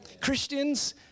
Christians